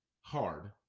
hard